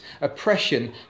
Oppression